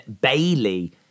Bailey